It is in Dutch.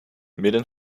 midden